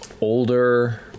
older